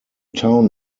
town